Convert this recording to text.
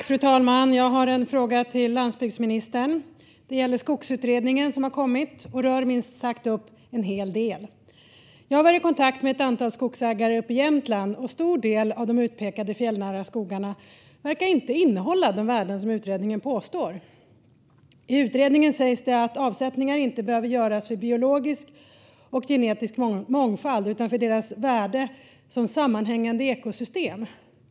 Fru talman! Jag har en fråga till landsbygdsministern. Det gäller den skogsutredning som har kommit och som minst sagt upprört en hel del. Jag har varit i kontakt med ett antal skogsägare uppe i Jämtland. En stor del av de utpekade fjällnära skogarna verkar inte innehålla de värden som utredningen påstår. I utredningen sägs det att avsättningar inte behöver göras för biologisk och genetisk mångfald utan för deras värde som sammanhängande ekosystem.